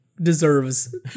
deserves